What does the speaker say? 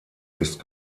ist